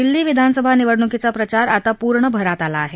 दिल्ली विधानसभा निवडणुकीचा प्रचार आता पूर्ण भरात आला आहे